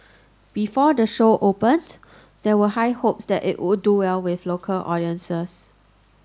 before the show opened there were high hopes that it would do well with local audiences